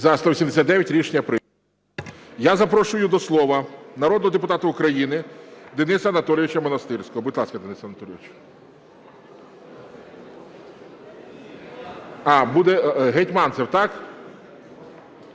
За-189 Рішення прийнято. Я запрошую до слова народного депутата України Дениса Анатолійовича Монастирського. Будь ласка, Денис Анатолійович. А, буде Гетманцев, так?